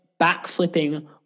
backflipping